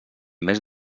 més